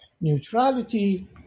neutrality